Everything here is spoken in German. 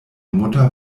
mutter